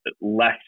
less